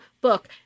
book